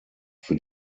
für